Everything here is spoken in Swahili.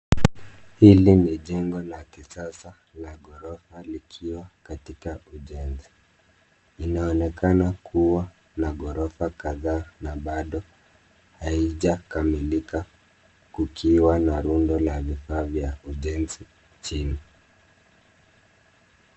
Hili ni jengo la kisasa la ghorofa likiwa katika ujenzi. Inaonekana kuwa na ghorofa kadhaa na bado haijakamilika kukiwa na rundo la vifaa vya ujenzi chini.